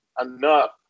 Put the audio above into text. enough